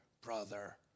brother